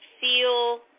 Feel